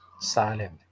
silent